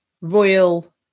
royal